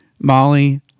Molly